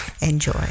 Enjoy